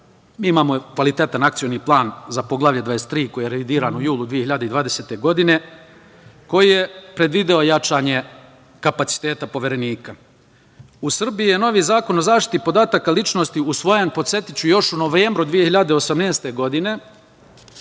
imamo i kvalitetan Akcioni plana za Poglavlje 23 koje je revidirano u julu 2020. godine, koji je predvideo jačanje kapaciteta Poverenika.U Srbiji je novi Zakon o zaštiti podataka o ličnosti usvojen, podsetiću, još u novembru 2018. godine,